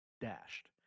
dashed